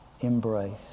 embrace